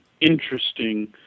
interesting